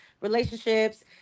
relationships